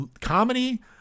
comedy